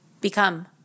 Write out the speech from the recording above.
become